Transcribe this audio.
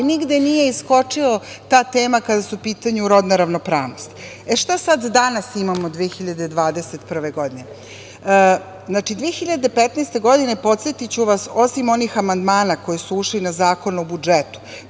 ali nigde nije iskočila ta tema kada je u pitanju rodna ravnopravnost.E šta sad danas imamo 2021. godine? Znači, 2015. godine, podsetiću vas, osim onih amandmana koji su ušli na Zakon o budžetu,